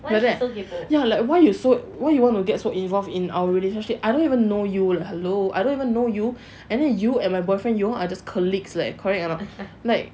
like than ya like why why you want to get so involved in our relationship I don't even know you leh hello I don't even know you and then you and my boyfriend you are just colleagues leh correct or not like